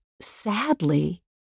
Sadly